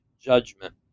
Judgment